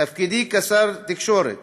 בתפקידי כשר התקשורת